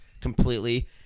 completely